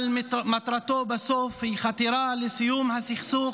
אבל מטרתו בסוף היא חתירה לסיום הסכסוך